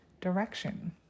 direction